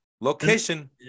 Location